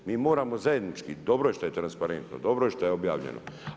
Mi moramo zajednički, dobro je što je transparentno, dobro je što je objavljeno.